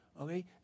Okay